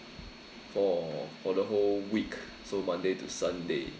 for for the whole week so monday to sunday